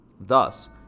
Thus